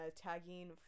tagging